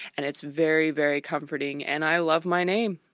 and it's very very comforting. and i love my name.